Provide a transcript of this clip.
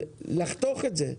צריך לחתוך את זה.